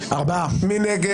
מי נגד?